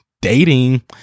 dating